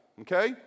okay